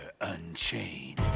Unchained